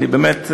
אני באמת,